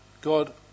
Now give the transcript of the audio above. God